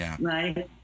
right